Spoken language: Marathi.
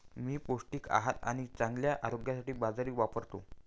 मी पौष्टिक आहार आणि चांगल्या आरोग्यासाठी बाजरी वापरतो